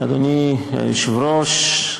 אדוני היושב-ראש,